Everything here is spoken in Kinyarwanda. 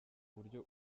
buryo